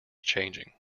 changing